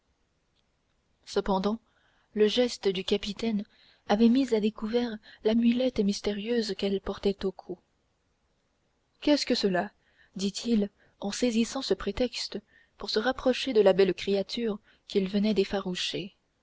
cependant le geste du capitaine avait mis à découvert l'amulette mystérieuse qu'elle portait au cou qu'est-ce que cela dit-il en saisissant ce prétexte pour se rapprocher de la belle créature qu'il venait